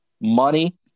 money